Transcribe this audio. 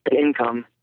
income